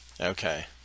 Okay